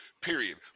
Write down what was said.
period